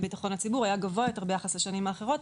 ביטחון הציבור היה גבוה יותר ביחס לשנים האחרות,